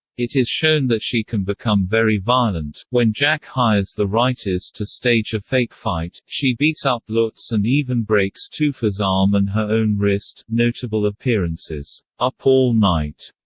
it is shown that she can become very violent when jack hires the writers to stage a fake fight, she beats up lutz and even breaks toofer's arm and her own wrist notable appearances up all night,